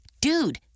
dude